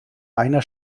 einer